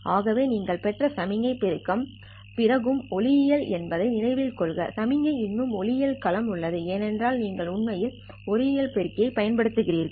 ஆகவே நீங்கள் பெற்ற சமிக்ஞை பெருக்கம் பிறகும் ஒளியியல் என்பதை நினைவில் கொள்க சமிக்ஞை இன்னும் ஒளியியல் களம் உள்ளது ஏனென்றால் நீங்கள் உண்மையில் ஒளியியல் பெருக்கியைப் பயன்படுத்துகிறீர்கள்